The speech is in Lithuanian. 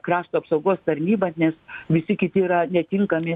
krašto apsaugos tarnybą nes visi kiti yra netinkami